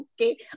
okay